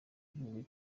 gihugu